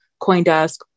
Coindesk